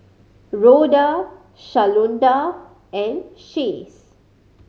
Rhoda Shalonda and Chace